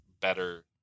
better